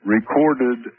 recorded